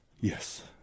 Yes